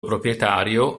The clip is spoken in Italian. proprietario